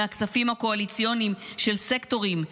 מהכספים הקואליציוניים של סקטורים,